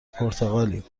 پرتغالیم